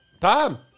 Tom